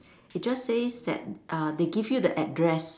it just says that uh they give you the address